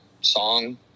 song